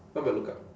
what will look up